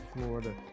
florida